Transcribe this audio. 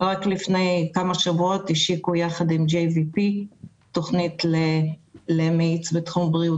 רק לפני כמה שבועות השיקו יחד עם JVP תכנית למאיץ בתחום בריאות